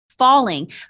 falling